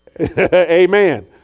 Amen